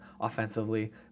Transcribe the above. offensively